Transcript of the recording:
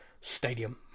stadium